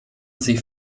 sie